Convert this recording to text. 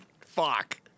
Fuck